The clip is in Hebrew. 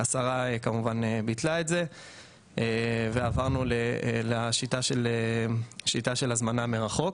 השרה כמובן ביטלה את זה ועברנו לשיטה של הזמנה מרחוק